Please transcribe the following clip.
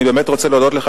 אני באמת רוצה להודות לך,